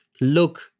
look